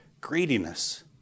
greediness